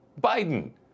Biden